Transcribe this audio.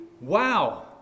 wow